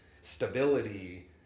stability